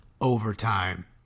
Overtime